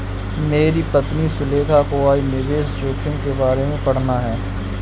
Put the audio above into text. मेरी पत्नी सुलेखा को आज निवेश जोखिम के बारे में पढ़ना है